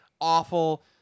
awful